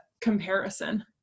comparison